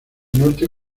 norte